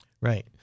Right